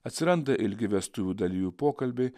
atsiranda ilgi vestuvių dalyvių pokalbiai